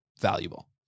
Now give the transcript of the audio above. valuable